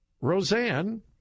Roseanne